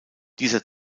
dieser